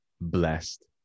blessed